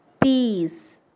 Peace